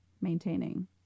maintaining